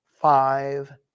five